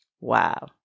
Wow